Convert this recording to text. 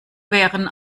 wären